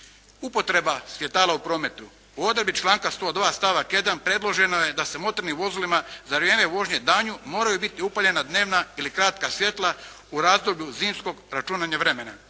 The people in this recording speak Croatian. Upotreba svjetala u prometu. U odredbi članka 102. stavak 1. predloženo je da se motornim vozilima za vrijeme vožnje danju moraju biti upaljena dnevna ili kratka svjetla u razdoblju zimskog računanja vremena.